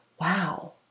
wow